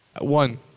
one